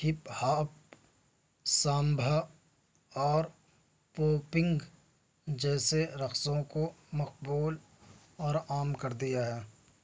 hip hop samba اور popping جیسے رقصوں کو مقبول اور عام کر دیا ہے